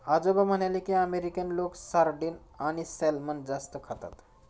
आजोबा म्हणाले की, अमेरिकन लोक सार्डिन आणि सॅल्मन जास्त खातात